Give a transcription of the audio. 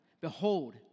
Behold